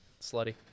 slutty